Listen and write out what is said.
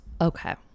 Okay